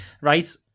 right